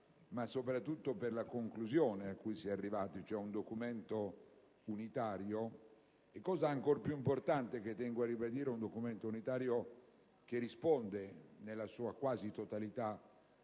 ma soprattutto per la conclusione a cui si è arrivati, cioè un documento unitario e - cosa ancor più importante, che tengo a ribadire - un documento unitario che risponde, nella sua quasi totalità,